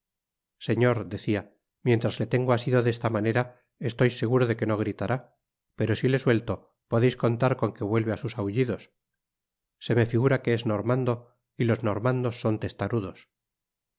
señor decia mientras le tengo asido de esta manera estoy seguro de que no gritará pero si le suelto podeis contar con que vuelve á sus ahullidos se me figura que es normando y los normandos son testarudos